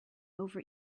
over